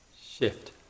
shift